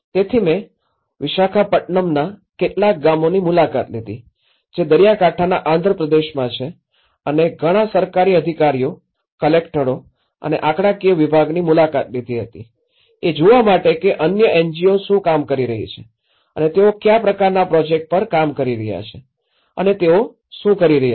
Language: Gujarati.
તેથી મેં વિશાખાપટ્ટનમના કેટલાક ગામોની મુલાકાત લીધી જે દરિયાકાંઠાના આંધ્રપ્રદેશમાં છે અને ઘણાં સરકારી અધિકારીઓ કલેક્ટરો અને આંકડાકીય વિભાગની મુલાકાત લીધી હતી એ જોવા માટે કે અન્ય એનજીઓ શું કામ કરી રહી છે અને તેઓ કયા પ્રકારનાં પ્રોજેક્ટ્સ પર કામ કરી રહ્યા છે અને તેઓ શું કરી રહ્યા છે